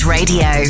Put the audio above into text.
Radio